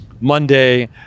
Monday